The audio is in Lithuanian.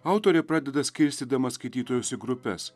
autorė pradeda skirstydama skaitytojus į grupes